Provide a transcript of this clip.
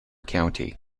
county